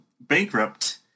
bankrupt